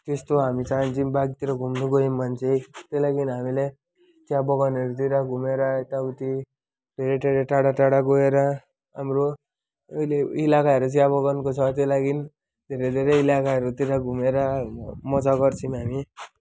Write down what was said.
त्यस्तो हामी चाहन्छौँ बाइकतिर घुम्न गयौँ भने चाहिँ त्यही लागि हामीले चियाबगानहरूतिर घुमेर यता उति धेरै धेरै टाढा टाढा गएर हाम्रो अहिले इलाकाहरू चाहिँ अब वनको छ त्यही लागि धेरै धेरै इलाकाहरूतिर घुमेर मजा गर्छौँ हामी